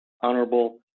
honorable